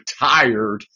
retired